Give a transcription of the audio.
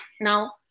Now